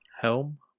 Helm